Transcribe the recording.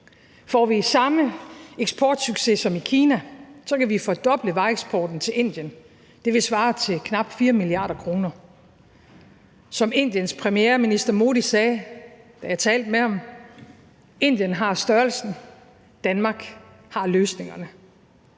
Får vi samme eksportsucces som i Kina, kan vi fordoble vareeksporten til Indien, og det vil svare til knap 4 mia. kr. Som Indiens premierminister Modi sagde, da jeg talte med ham: Indien har størrelsen, Danmark har løsningerne.